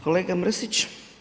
Kolega Mrsić.